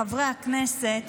חברי הכנסת,